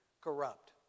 corrupt